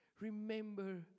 Remember